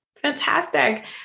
Fantastic